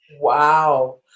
Wow